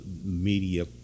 media